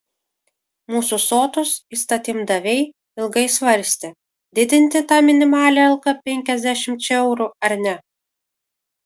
mūsų sotūs įstatymdaviai ilgai svarstė didinti tą minimalią algą penkiasdešimčia eurų ar ne